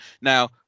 Now